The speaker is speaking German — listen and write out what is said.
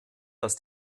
dass